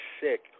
Sick